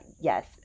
Yes